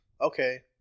okay